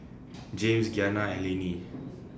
Jaymes Giana and Laney